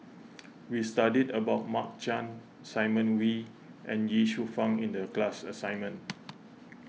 we studied about Mark Chan Simon Wee and Ye Shufang in the class assignment